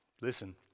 listen